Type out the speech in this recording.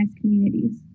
communities